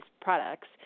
products